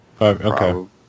Okay